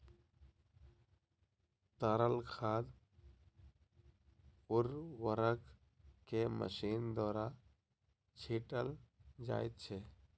तरल खाद उर्वरक के मशीन द्वारा छीटल जाइत छै